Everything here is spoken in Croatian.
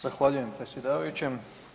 Zahvaljujem predsjedavajući.